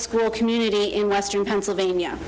school community in western pennsylvania